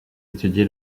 étudié